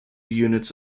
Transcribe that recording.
units